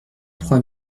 trois